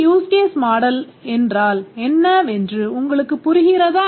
இந்த use case model என்றால் என்னவென்று உங்களுக்குப் புரிகிறதா